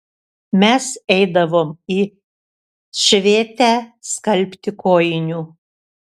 mes eidavom į švėtę skalbti kojinių